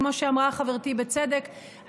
וכמו שאמרה חברתי בצדק,